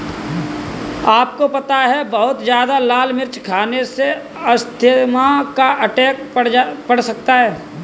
आपको पता है बहुत ज्यादा लाल मिर्च खाने से अस्थमा का अटैक पड़ सकता है?